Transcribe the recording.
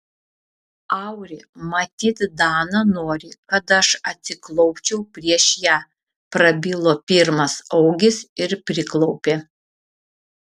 auri matyt dana nori kad aš atsiklaupčiau prieš ją prabilo pirmas augis ir priklaupė